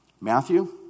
Matthew